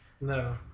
No